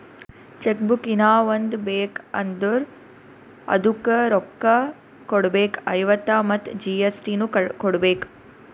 check book ಹೀನಾ ಒಂದ್ ಬೇಕ್ ಅಂದುರ್ ಅದುಕ್ಕ ರೋಕ್ಕ ಕೊಡ್ಬೇಕ್ ಐವತ್ತ ಮತ್ ಜಿ.ಎಸ್.ಟಿ ನು ಕೊಡ್ಬೇಕ್